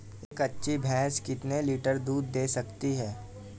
एक अच्छी भैंस कितनी लीटर दूध दे सकती है?